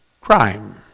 crime